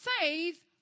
faith